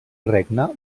regna